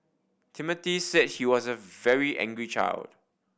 Timothy said he was a very angry child